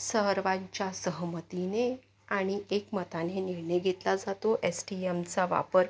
सर्वांच्या सहमतीने आणि एकमताने निर्णय घेतला जातो एस टी यमचा वापर